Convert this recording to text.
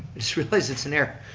just realized it's an error.